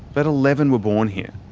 but eleven were born here.